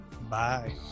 Bye